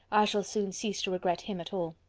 i shall soon cease to regret him at all.